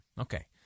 Okay